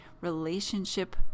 relationship